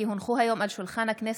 כי הונחו היום על שולחן הכנסת,